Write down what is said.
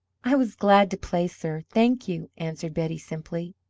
i was glad to play, sir. thank you! answered betty, simply.